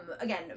again